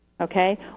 okay